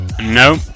No